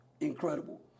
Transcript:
incredible